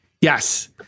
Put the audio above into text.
Yes